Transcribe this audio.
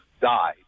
died